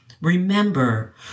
Remember